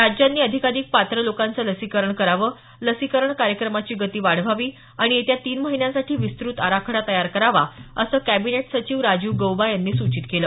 राज्यांनी अधिकाधिक पात्र लोकांचं लसीकरण करावं लसीकरण कार्यक्रमाची गती वाढवावी आणि येत्या तीन महिन्यांसाठी विस्तृत आराखडा तयार करावा असं कॅबिनेट सचिव राजीव गौबा यांनी सूचित केलं